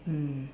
mm